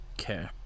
Okay